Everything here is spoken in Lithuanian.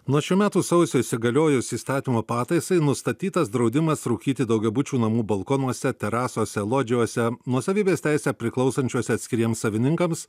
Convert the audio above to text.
nuo šių metų sausio įsigaliojus įstatymo pataisai nustatytas draudimas rūkyti daugiabučių namų balkonuose terasose lodžijose nuosavybės teise priklausančiose atskiriems savininkams